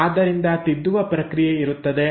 ಆದ್ದರಿಂದ ತಿದ್ದುವ ಪ್ರಕ್ರಿಯೆ ಇರುತ್ತದೆ